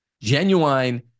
genuine